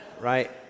right